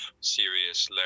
serious